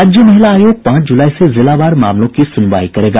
राज्य महिला आयोग पांच जुलाई से जिलावार मामलों की सुनवाई करेगा